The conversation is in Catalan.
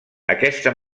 aquesta